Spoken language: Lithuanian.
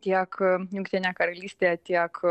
tiek jungtinė karalystė tiek